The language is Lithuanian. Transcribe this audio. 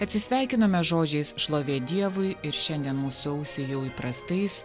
atsisveikinome žodžiais šlovė dievui ir šiandien mūsų ausiai jau įprastais